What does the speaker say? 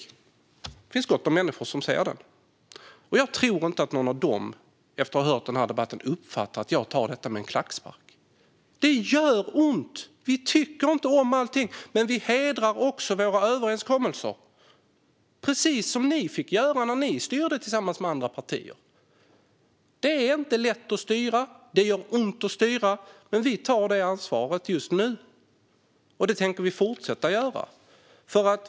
Det finns gott om människor som ser den, och jag tror inte att någon av dem som gör det uppfattar att jag tar detta med en klackspark. Det gör ont. Vi tycker inte om allting, men vi hedrar våra överenskommelser - precis som ni fick göra när ni styrde tillsammans med andra partier. Det är inte lätt att styra. Det gör ont att styra. Men vi tar det ansvaret just nu, och det tänker vi fortsätta göra.